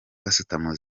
gasutamo